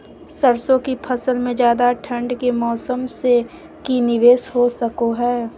सरसों की फसल में ज्यादा ठंड के मौसम से की निवेस हो सको हय?